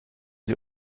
sie